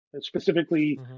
specifically